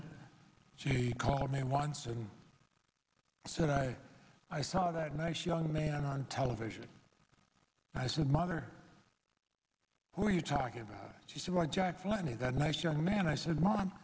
it she called me once and said i i saw that nice young man on television and i said mother what are you talking about she said why jack funny that nice young man i said mom